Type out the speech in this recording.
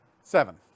Seven